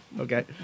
Okay